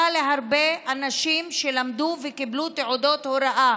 להרבה אנשים שלמדו וקיבלו תעודת הוראה